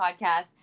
podcast